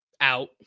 Out